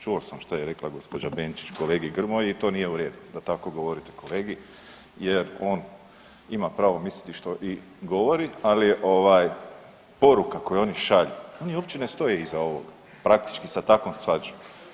Čuo sam što je rekla gospođa Benčić kolegi Grmoji i to nije u redu da tako govori kolegi jer on ima pravo misliti što i govori, ali je ovaj poruka koju oni šalju oni uopće ne stoje iza ovog praktički sa takvom svađom.